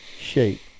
shape